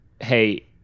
hey